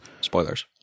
Spoilers